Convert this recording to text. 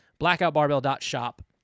blackoutbarbell.shop